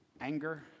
Anger